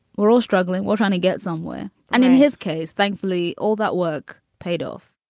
we're all struggling. we're trying to get somewhere. and in his case, thankfully, all that work paid off